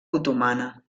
otomana